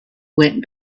went